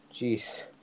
Jeez